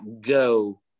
go